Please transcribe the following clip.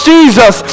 Jesus